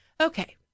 Okay